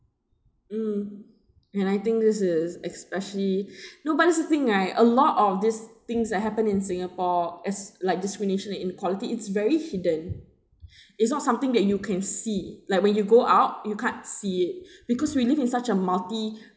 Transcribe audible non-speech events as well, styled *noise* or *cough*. mm and I think this is especially *breath* no but that's the thing right a lot of these things that happen in singapore as like discrimination and inequality it's very hidden *breath* it's not something that you can see like when you go out you can't see it *breath* because we live in such a multi